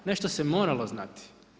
Nešto se moralo znati.